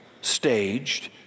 staged